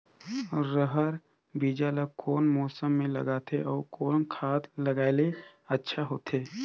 रहर बीजा ला कौन मौसम मे लगाथे अउ कौन खाद लगायेले अच्छा होथे?